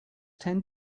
tend